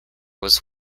was